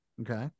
Okay